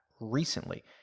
recently